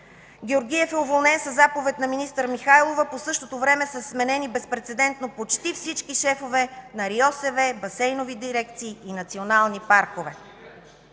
Георгиев е уволнен със заповед на министър Михайлова, по същото време са сменени безпрецедентно почти всички шефове на РИОСВ, басейнови дирекции и национални паркове.